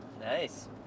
nice